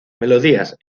melodías